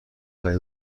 قوی